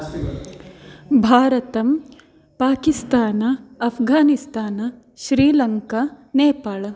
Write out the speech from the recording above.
भारतं पाकिस्तान् अफ्गानिस्तान् श्रीलङ्का नेपाल्